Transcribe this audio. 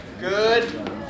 Good